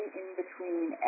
in-between